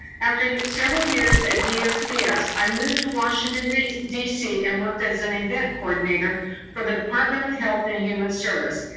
after several years at dsps, i moved to washington, d c, and worked as an event coordinator for the department of health and human service.